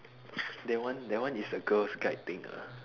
that one that one is the girls guide thing ah